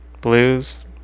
blues